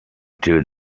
due